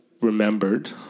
remembered